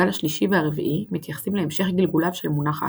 הגל השלישי והרביעי מתייחסים להמשך גלגוליו של מונח ההאקר,